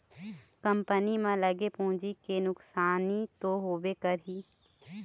company म लगे पूंजी के नुकसानी तो होबे करही